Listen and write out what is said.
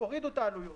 הורידו את העלויות